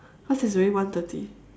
cause it's already one thirty